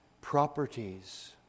properties